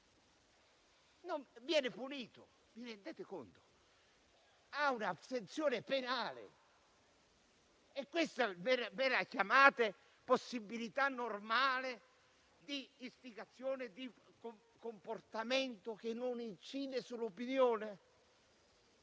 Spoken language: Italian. comunque punito, ve ne rendete conto? Subisce una sanzione penale. E questa la chiamate possibilità normale di istigazione a un comportamento che non incide sull'opinione?